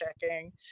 checking